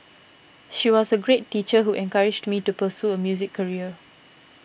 she was a great teacher who encouraged me to pursue a music career